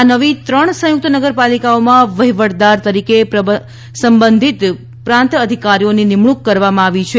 આ નવી ત્રણ સંયુકત નગરપાલિકાઓમાં વહિવટદાર તરીકે સંબંધિત પ્રાંત અધિકારીઓની નિમણૂંક કરવામાં આવી છે